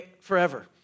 forever